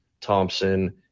Thompson